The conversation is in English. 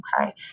Okay